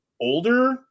older